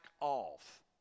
off